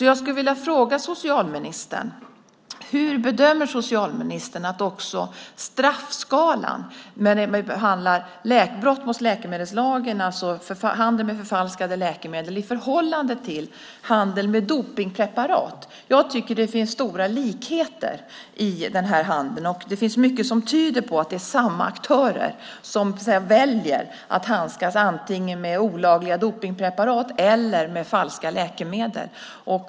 Jag skulle vilja fråga socialministern hur han bedömer straffskalan när det handlar om brott mot läkemedelslagen, alltså handel med förfalskade läkemedel, i förhållande till handel med dopningspreparat. Jag tycker att det finns stora likheter i detta. Det finns mycket som tyder på att det är samma aktörer som väljer att handskas antingen med olagliga dopningspreparat eller med falska läkemedel.